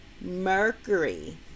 mercury